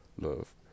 love